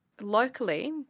Locally